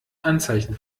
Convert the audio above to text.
anzeichen